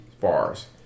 Bars